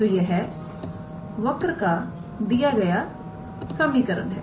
तो वह वक्र का दिया गया समीकरण है